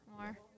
more